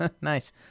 Nice